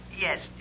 Yes